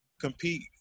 compete